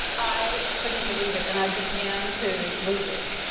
i couldn't believe it. and i began to lose it,